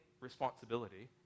responsibility